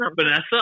Vanessa